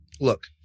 Look